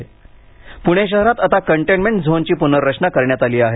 प्णे शहरात आता कंटेंन्मेंट झोनची पुनर्रचना करण्यात आली आहे